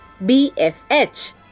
BFH –